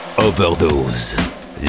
overdose